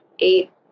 eight